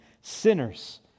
sinners